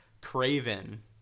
craven